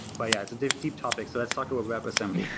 but yeah, it's a deep deep topic. so let's talk about web assembly.